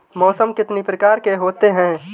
मौसम कितनी प्रकार के होते हैं?